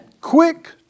Quick